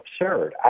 absurd